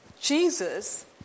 Jesus